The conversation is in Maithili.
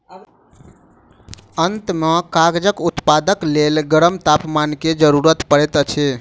अंत में कागजक उत्पादनक लेल गरम तापमान के जरूरत पड़ैत अछि